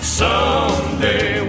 someday